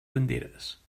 banderes